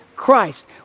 christ